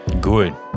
Good